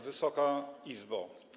Wysoka Izbo!